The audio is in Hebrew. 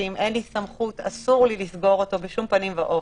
שאם אין לי סמכות אסור לי לסגור אותו בשום פנים ואופן,